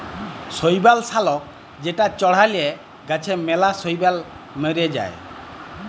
শৈবাল লাশক যেটা চ্ড়ালে গাছে ম্যালা শৈবাল ম্যরে যায়